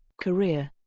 career